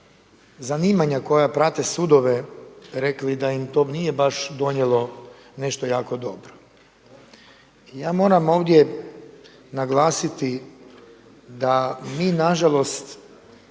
zanimanja koja prate sudove rekli da im to nije baš donijelo nešto jako dobro. I ja moram ovdje naglasiti da mi nažalost